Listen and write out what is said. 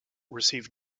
received